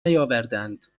نیاوردند